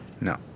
No